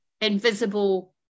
invisible